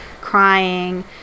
crying